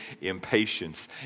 impatience